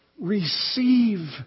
receive